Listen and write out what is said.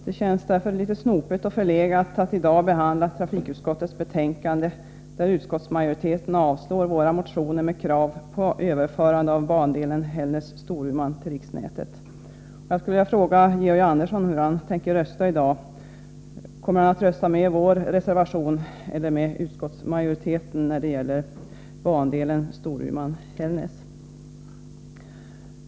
Det känns därför litet snopet och förlegat att i dag behandla trafikutskottets betänkande, där utskottsmajoriteten avstyrker våra motioner med krav på överförande av bandelen Hällnäs-Storuman till riksnätet. Jag skulle vilja fråga Georg Andersson hur han tänker rösta i dag. Kommer han att rösta med vår reservation eller med utskottsmajoriteten när det gäller bandelen Storuman Hällnäs?